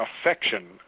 affection